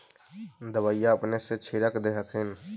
दबइया अपने से छीरक दे हखिन?